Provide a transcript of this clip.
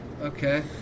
Okay